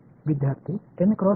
विद्यार्थीः N cross N